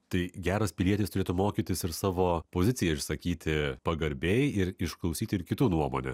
tai geras pilietis turėtų mokytis ir savo poziciją išsakyti pagarbiai ir išklausyti ir kitų nuomonę